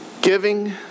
Giving